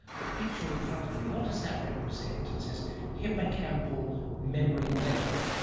the picture in front of me, what does that represent? it says hippocampal memory network.